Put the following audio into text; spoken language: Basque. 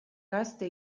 gazte